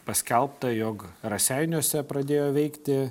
paskelbta jog raseiniuose pradėjo veikti